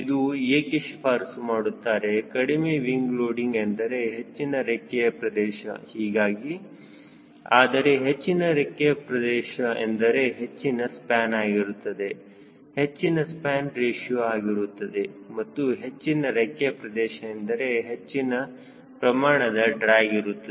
ಇದನ್ನು ಏಕೆ ಶಿಫಾರಸು ಮಾಡುತ್ತಾರೆ ಕಡಿಮೆ ವಿಂಗ್ ಲೋಡಿಂಗ್ ಎಂದರೆ ಹೆಚ್ಚಿನ ರೆಕ್ಕೆಯ ಪ್ರದೇಶ ಹೀಗಾಗಿ ಆದರೆ ಹೆಚ್ಚಿನ ರೆಕ್ಕೆಯ ಪ್ರದೇಶ ಎಂದರೆ ಹೆಚ್ಚಿನ ಸ್ಪ್ಯಾನ್ ಆಗಿರುತ್ತದೆ ಹೆಚ್ಚಿನ ಅಸ್ಪೆಕ್ಟ್ ರೇಶಿಯೋ ಆಗಿರುತ್ತದೆ ಹಾಗೂ ಹೆಚ್ಚಿನ ರೆಕ್ಕೆಯ ಪ್ರದೇಶ ಎಂದರೆ ಹೆಚ್ಚಿನ ಪ್ರಮಾಣದ ಡ್ರ್ಯಾಗ್ ಇರುತ್ತದೆ